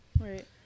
Right